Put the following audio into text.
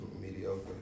mediocre